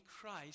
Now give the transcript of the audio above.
Christ